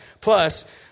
Plus